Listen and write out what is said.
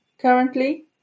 currently